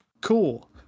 Cool